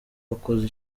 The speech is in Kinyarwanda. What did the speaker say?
wakoze